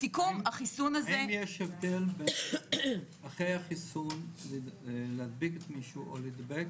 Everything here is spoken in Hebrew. האם יש הבדל אחרי החיסון, להדביק מישהו או להידבק